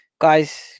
Guys